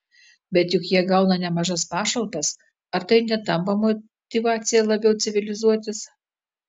bet juk jie gauna nemažas pašalpas ar tai netampa motyvacija labiau civilizuotis